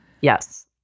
Yes